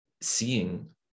seeing